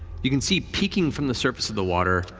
you can see peeking from the surface of the water,